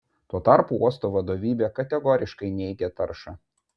tuo tarpu uosto vadovybė kategoriškai neigia taršą